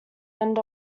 end